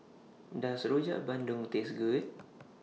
Does Rojak Bandung Taste Good